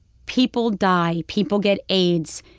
people die. people get aids.